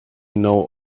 know